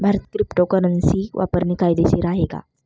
भारतात क्रिप्टोकरन्सी वापरणे कायदेशीर आहे का?